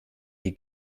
die